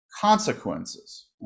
consequences